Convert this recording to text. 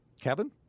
Kevin